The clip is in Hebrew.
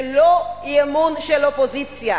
זה לא אי-אמון של אופוזיציה.